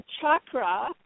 chakra